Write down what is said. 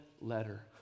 Letter